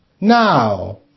now